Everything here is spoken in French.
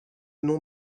nom